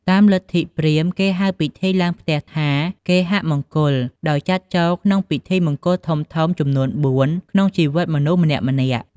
តាមលទ្ធិព្រាហ្មណ៍ គេហៅពិធីឡើងផ្ទះថា គេហមង្គល ដោយចាត់ចូលក្នុងមង្គល់ធំៗចំនួនបួនក្នុងជីវិតមនុស្សម្នាក់ៗ។